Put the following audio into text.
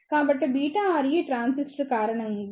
కాబట్టిβre transistor కారణంగా